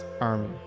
army